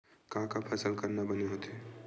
का का फसल करना बने होथे?